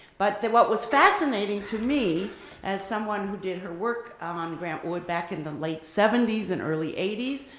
but what was fascinating to me as someone who did her work on grant wood back in the late seventy s and early eighty s,